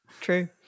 True